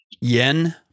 Yen